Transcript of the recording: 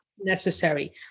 necessary